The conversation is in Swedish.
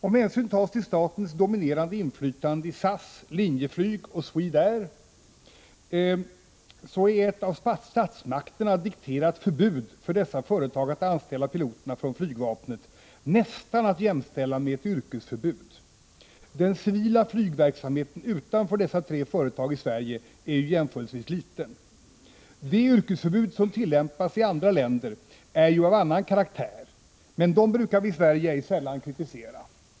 Om hänsyn tas till statens dominerande inflytande i SAS, Linjeflyg och Swedair är ett av statsmakterna dikterat förbud för dessa företag att anställa piloter från flygvapnet nästan att jämställa med ett yrkesförbud — den civila flygverksamheten utanför dessa tre företag i Sverige är ju jämförelsevis liten. Det yrkesförbud som tillämpas i andra länder är av annan karaktär, men dem brukar vi i Sverige ej sällan kritisera.